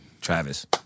Travis